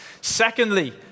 Secondly